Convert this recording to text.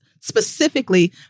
specifically